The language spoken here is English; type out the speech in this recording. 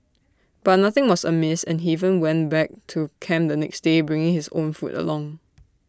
but nothing was amiss and he even went back to camp the next day bringing his own food along